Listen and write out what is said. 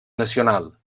nacional